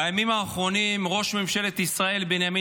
בימים האחרונים ראש ממשלת ישראל בנימין